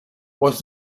was